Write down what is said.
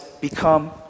become